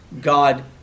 God